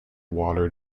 water